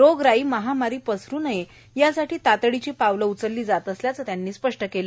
रोगराईए महामारी पसरु नये यासाठी तातडीची पावलं उचलली जात आहेत असेही त्यांनी स्पष्ट केलं